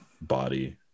body